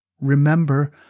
Remember